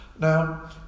Now